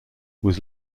was